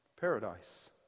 paradise